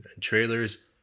trailers